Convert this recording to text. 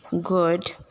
good